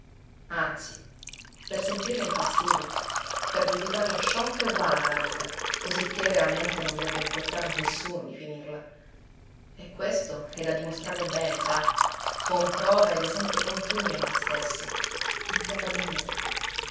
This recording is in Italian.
anzi per sentirne il fastidio per giudicarla sciocca e vana la vita cosicché veramente non debba importare a nessuno di finirla e questo è da dimostrare bene sa con prove ed esempii continui a noi stessi